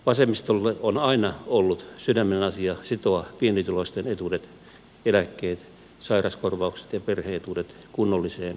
vasemmistolle on aina ollut sydämenasia sitoa pienituloisten etuudet eläkkeet sairauskorvaukset ja perhe etuudet kunnolliseen indeksiin